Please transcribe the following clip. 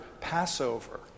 Passover